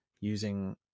using